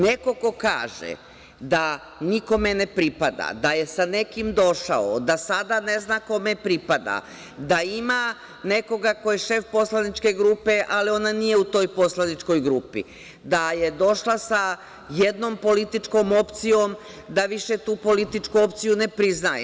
Neko ko kaže da nikome ne pripada, da je sa nekim došao, da sada ne zna kome pripada, da ima nekoga ko je šef poslaničke grupe, ali ona nije u toj poslaničkoj grupi, da je došla sa jednom političkom opcijom, da više tu političku opciju ne priznaje.